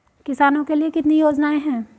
किसानों के लिए कितनी योजनाएं हैं?